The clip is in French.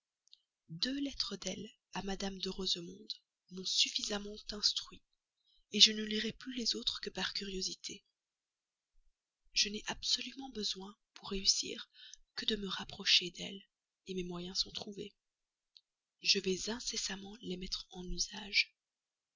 deux lettres d'elle à mme de rosemonde m'ont suffisamment instruit je ne lirai plus les autres que par curiosité je n'ai absolument besoin pour réussir que de me rapprocher d'elle mes moyens sont trouvés je vais incessamment les mettre en usage